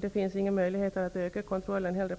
Det finns inga möjligheter att öka den kontrollen heller.